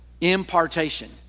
impartation